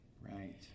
right